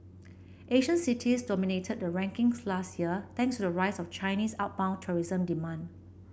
Asian cities dominated the rankings last year thanks to the rise of Chinese outbound tourism demand